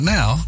Now